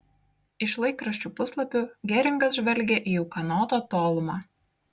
iš laikraščių puslapių geringas žvelgė į ūkanotą tolumą